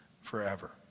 forever